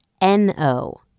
N-O